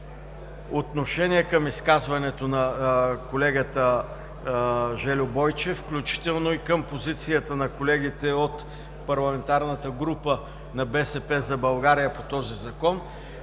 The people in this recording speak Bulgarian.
отношение към изказването на колегата Жельо Бойчев, включително и към позицията на колегите от парламентарната група на „БСП за България“ по този Закон.